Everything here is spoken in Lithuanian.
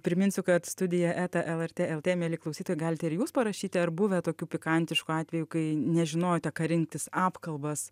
priminsiu kad studija eta lrt lt mieli klausytojai galite ir jūs parašyti ar buvę tokių pikantiškų atvejų kai nežinojote ką rinktis apkalbas